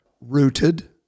Rooted